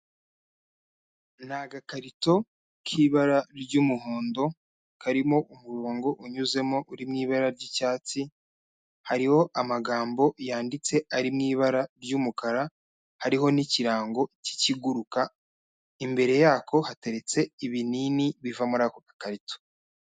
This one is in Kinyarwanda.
Ni agakarito k'ibara ry'umuhondo, karimo umurongo unyuzemo uri mu ibara ry'icyatsi, hariho amagambo yanditse ari mu ibara ry'umukara, hariho n'ikirango cy'ikiguruka, imbere yako, hateretse ibinini biva muri ako gakarito.